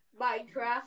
Minecraft